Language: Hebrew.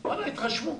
והתרשמו: